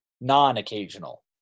non-occasional